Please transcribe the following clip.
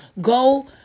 go